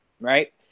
right